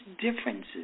differences